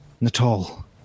Natal